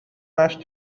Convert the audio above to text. match